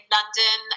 London